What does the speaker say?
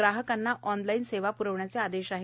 ग्राहकांना ऑनलाईन सेवा प्रविण्याचे आदेश आहेत